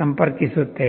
ಸಂಪರ್ಕಿಸುತ್ತೇವೆ